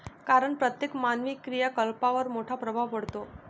कारण प्रत्येक मानवी क्रियाकलापांवर मोठा प्रभाव पडतो